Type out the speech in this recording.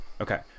Okay